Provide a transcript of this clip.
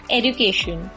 education